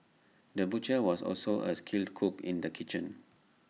the butcher was also A skilled cook in the kitchen